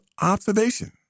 Observation